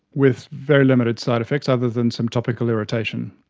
with very limited side-effects other than some topical irritation.